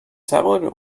salad